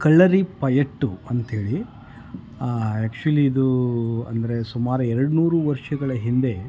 ಕಳರಿಪಯಟ್ಟು ಅಂತ್ಹೇಳಿ ಯಾಕ್ಚುಲಿ ಇದು ಅಂದರೆ ಸುಮಾರು ಎರಡುನೂರು ವರ್ಷಗಳ ಹಿಂದೆ